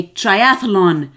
triathlon